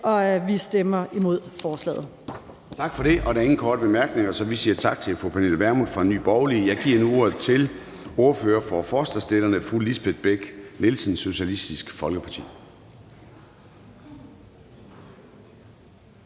Formanden (Søren Gade): Tak for det. Der er ingen korte bemærkninger, så vi siger tak til fru Pernille Vermund fra Nye Borgerlige. Jeg giver nu ordet til ordføreren for forslagsstillerne, fru Lisbeth Bech-Nielsen, Socialistisk Folkeparti.